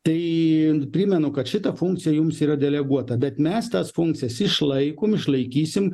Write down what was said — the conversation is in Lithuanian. tai primenu kad šita funkcija jums yra deleguota bet mes tas funkcijas išlaikom išlaikysim